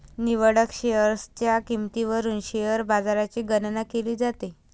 निवडक शेअर्सच्या किंमतीवरून शेअर बाजाराची गणना केली जाते